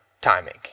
timing